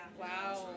Wow